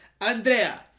Andrea